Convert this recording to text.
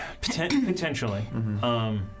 potentially